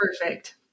perfect